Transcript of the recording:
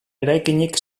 eraikinik